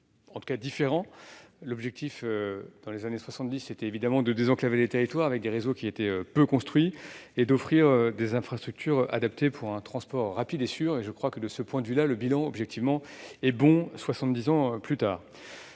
quelque peu différents. L'objectif, dans les années 1970, était de désenclaver les territoires avec des réseaux qui étaient peu construits et d'offrir des infrastructures adaptées pour un transport rapide et sûr. Je crois que, de ce point de vue, le bilan est objectivement bon cinquante ans plus tard.